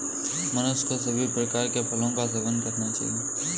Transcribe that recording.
मनुष्य को सभी प्रकार के फलों का सेवन करना चाहिए